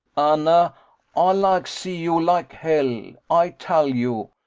anna, ay like see you like hell, ay tal you!